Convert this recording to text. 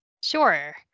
Sure